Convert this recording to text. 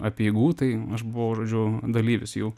apeigų tai aš buvau žodžiu dalyvis jų